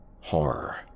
Horror